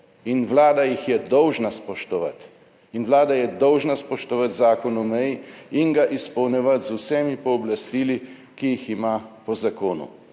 in Vlada jih je dolžna spoštovati in Vlada je dolžna spoštovati Zakon o meji in ga izpolnjevati z vsemi pooblastili, ki jih ima po zakonu.